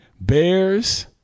Bears